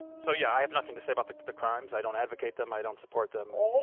so yeah, i have nothing to say about the the crimes. i don't advocate them, i don't support them.